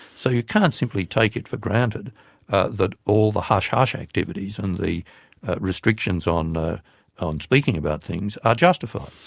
so you can't simply take it for granted that all the hush-hush activities and the restrictions on ah on speaking about things are justified.